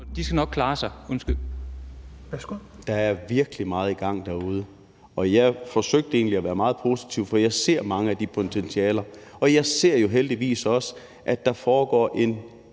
Malte Larsen (S): Der er virkelig meget i gang derude. Og jeg forsøgte egentlig at være meget positiv, for jeg ser mange af de potentialer, og jeg ser jo heldigvis også, at der foregår en